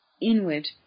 inward